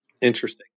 Interesting